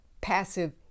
passive